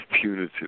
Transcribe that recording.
punitive